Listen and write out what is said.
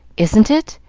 isn't it?